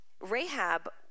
Rahab